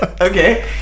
Okay